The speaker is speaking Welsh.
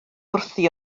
wrthi